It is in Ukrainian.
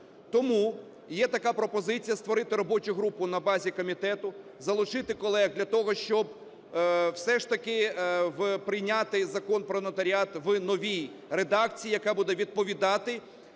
Тому є така пропозиція створити робочу групу на базі комітету. Залучити колег для того, щоб все ж таки прийняти Закон "Про нотаріат" в новій редакції, яка буде відповідати